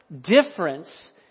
difference